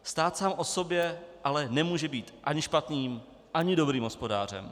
Stát sám o sobě ale nemůže být ani špatným ani dobrým hospodářem.